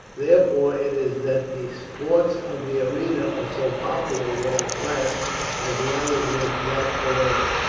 therefore it is that the sports of the arena are so popular with our class as well as with that below it.